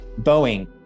Boeing